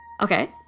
Okay